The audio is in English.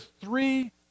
three